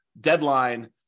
deadline